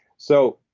so,